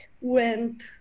went